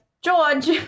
George